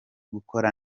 gukora